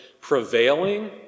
prevailing